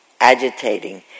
agitating